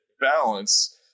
balance